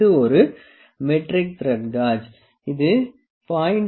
இது ஒரு metric thread gauge இது 0